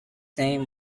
name